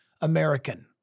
American